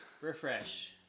refresh